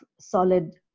solid